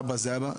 אבא זה אבא.